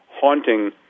haunting